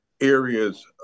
areas